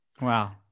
Wow